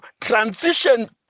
transition